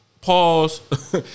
Pause